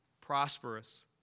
prosperous